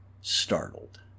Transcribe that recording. startled